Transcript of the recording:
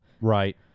Right